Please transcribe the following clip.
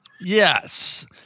Yes